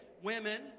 Women